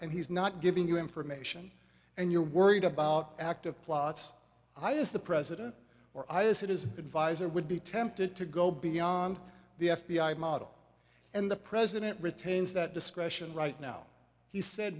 and he's not giving you information and you're worried about active plots i is the president or i as it is advisor would be tempted to go beyond the f b i model and the president retains that discretion right now he said